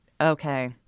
Okay